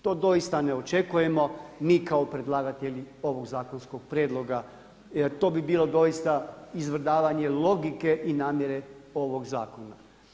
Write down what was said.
To doista ne očekujemo mi kao predlagatelji ovog zakonskog prijedloga jer bi bilo doista izvrdavanje logike i namjere ovog zakona.